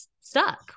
stuck